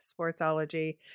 sportsology